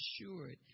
assured